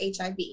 HIV